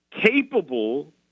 capable